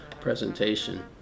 presentation